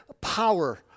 power